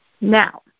Now